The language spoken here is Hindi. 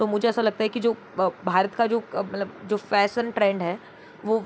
तो मुझे ऐसा लगता है की जो भारत का जो मतलब फैशन ट्रेंड है वो